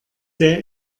sehr